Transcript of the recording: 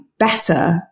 better